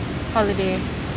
holiday